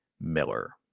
Miller